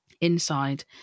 Inside